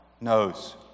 knows